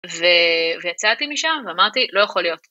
ויצאתי משם ואמרתי, לא יכול להיות.